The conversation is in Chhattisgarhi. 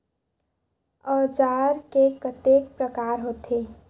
औजार के कतेक प्रकार होथे?